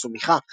עמוס ומיכה.